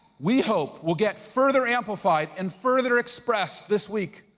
we hope, will get further amplified and further expressed this week.